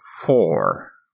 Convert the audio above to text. four